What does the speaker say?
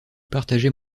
partageait